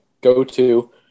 go-to